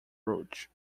brooch